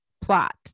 plot